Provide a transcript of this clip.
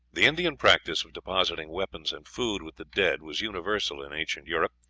the indian practice of depositing weapons and food with the dead was universal in ancient europe,